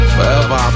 Forever